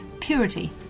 purity